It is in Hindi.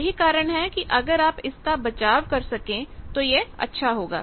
यही कारण है कि अगर आप इसका बचाव कर सकें तो यह अच्छा होगा